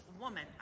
woman